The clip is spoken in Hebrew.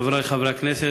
חברי חברי הכנסת,